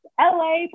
LA